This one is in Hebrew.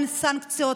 אין סנקציות,